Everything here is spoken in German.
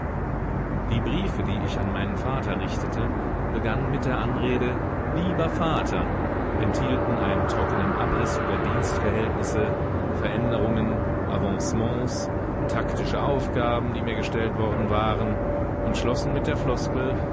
die briefe die ich an meinen vater richtete begannen mit der anrede lieber vater enthielten einen trockenen abriß über dienstverhältnisse veränderungen avancements taktische aufgaben die mir gestellt worden waren und schlossen mit der floskel